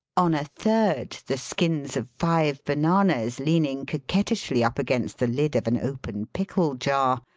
on a third, the skins of five bananas leaning coquettishly up against the lid of an open pickle jar,